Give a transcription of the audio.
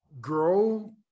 grow